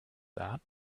that